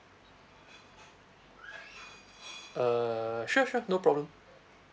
uh sure sure no problem